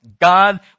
God